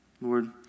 Lord